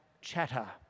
chatter